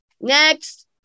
Next